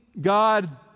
God